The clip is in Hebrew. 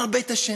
הר בית ה'.